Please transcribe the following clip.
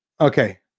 Okay